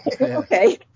Okay